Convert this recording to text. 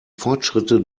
fortschritte